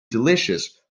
delicious